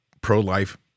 pro-life